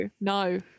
No